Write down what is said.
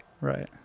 Right